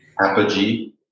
apogee